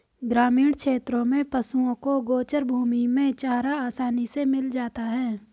ग्रामीण क्षेत्रों में पशुओं को गोचर भूमि में चारा आसानी से मिल जाता है